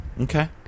Okay